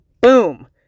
boom